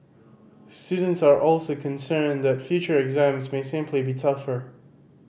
students are also concerned that future exams may simply be tougher